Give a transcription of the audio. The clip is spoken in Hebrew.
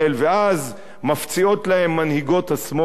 ואז מפציעות להן מנהיגות השמאל,